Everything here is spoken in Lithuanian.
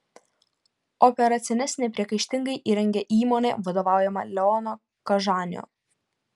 operacines nepriekaištingai įrengė įmonė vadovaujama leono kažanio